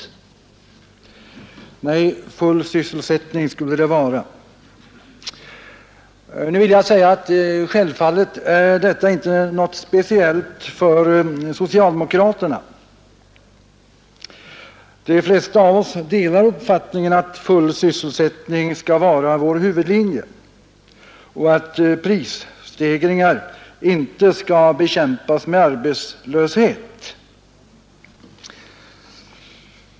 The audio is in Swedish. Nej, full sysselsättning skulle det vara! Nu vill jag säga att det självfallet inte är något speciellt för socialdemokraterna. De flesta av oss delar uppfattningen att full sysselsättning skall vara vår huvudlinje och att prisstegringar inte skall bekämpas med arbetslöshet.